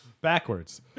Backwards